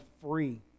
free